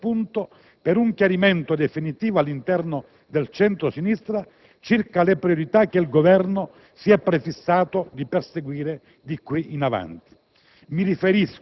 offrendo lo spunto per un chiarimento definitivo all'interno del centro-sinistra, circa le priorità che il Governo si è prefissato di perseguire di qui in avanti.